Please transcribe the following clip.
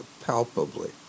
palpably